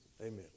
Amen